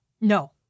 No